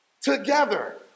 together